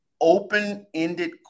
open-ended